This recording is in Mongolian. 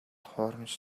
хуурамч